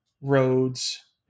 roads